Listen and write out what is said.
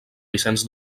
vicenç